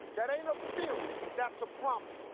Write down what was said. that ain't no theory. that's a promise.